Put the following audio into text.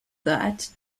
that